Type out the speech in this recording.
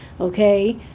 Okay